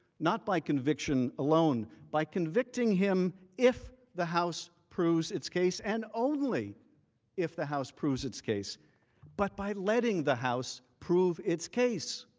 not by conviction alone. by convicting him if the house proves its case and only if the house proves its case but by letting the house prove its case.